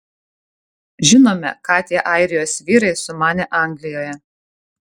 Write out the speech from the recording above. žinome ką tie airijos vyrai sumanė anglijoje